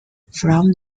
from